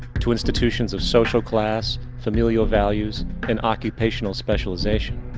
to institutions of social class, familiar values, and occupational specialization.